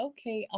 Okay